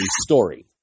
story